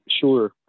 Sure